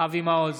אבי מעוז,